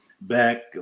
back